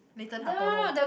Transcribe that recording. Nathan-Hartono